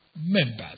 members